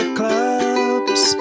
clubs